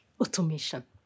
automation